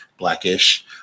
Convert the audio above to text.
Blackish